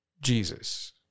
Jesus